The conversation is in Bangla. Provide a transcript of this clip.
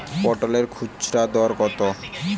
পটলের খুচরা দর কত?